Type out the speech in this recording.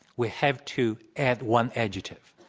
we have to add one adjective.